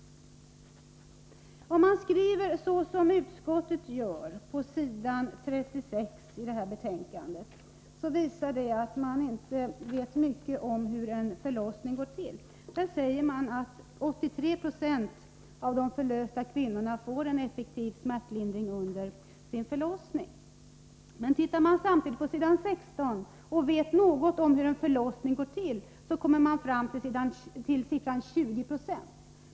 Om man skriver så som utskottet gör på s. 36 i betänkandet visar det att man inte vet mycket om hur en förlossning går till — det sägs att 83 Jo av de förlösta kvinnorna får en effektv smärtlindring under förlossningen. Men om man samtidigt ser på s. 16 och vet något om hur en förlossning går till kommer man fram till siffran 20 96.